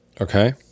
okay